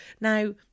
Now